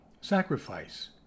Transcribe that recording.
Sacrifice